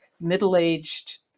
middle-aged